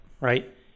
Right